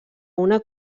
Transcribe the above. una